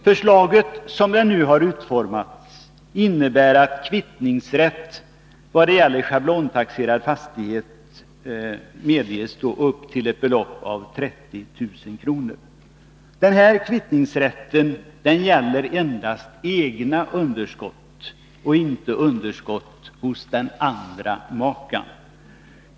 Förslaget, som det nu har utformats, innebär att kvittningsrätt vad gäller schablontaxerad fastighet föreligger upp till ett belopp av 30 000 kr. Kvittningsrätten gäller endast egna underskott och inte underskott hos den andra maken.